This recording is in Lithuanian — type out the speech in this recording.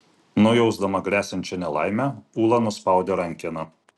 nujausdama gresiančią nelaimę ula nuspaudė rankeną